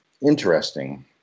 interesting